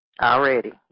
Already